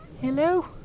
Hello